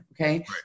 okay